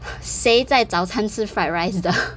谁在早餐吃 fried rice 的